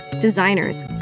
designers